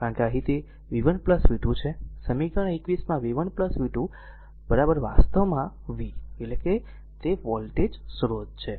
કારણ કે અહીં તે r v 1 v 2 છે સમીકરણ 21 માં v 1 v 2 વાસ્તવમાં v એટલે કે તે r સ્ત્રોત વોલ્ટેજ છે